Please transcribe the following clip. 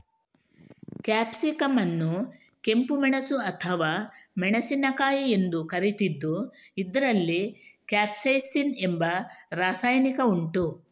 capsicum ಅನ್ನು ಕೆಂಪು ಮೆಣಸು ಅಥವಾ ಮೆಣಸಿನಕಾಯಿ ಎಂದು ಕರೀತಿದ್ದು ಇದ್ರಲ್ಲಿ ಕ್ಯಾಪ್ಸೈಸಿನ್ ಎಂಬ ರಾಸಾಯನಿಕ ಉಂಟು